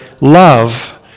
love